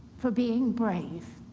for being brave.